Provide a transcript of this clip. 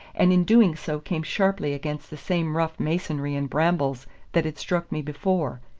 and in doing so came sharply against the same rough masonry and brambles that had struck me before.